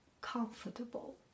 comfortable